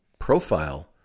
Profile